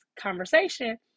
conversation